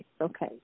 okay